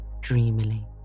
dreamily